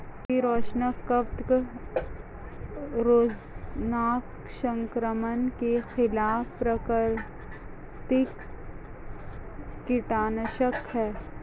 tree rosin कवक रोगजनक संक्रमण के खिलाफ प्राकृतिक कीटनाशक है